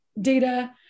data